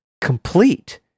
complete